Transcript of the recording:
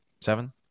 Seven